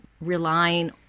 relying